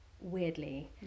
weirdly